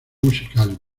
musical